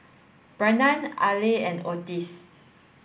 Barnard Aleah and Otis